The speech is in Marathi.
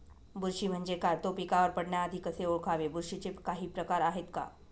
बुरशी म्हणजे काय? तो पिकावर पडण्याआधी कसे ओळखावे? बुरशीचे काही प्रकार आहेत का?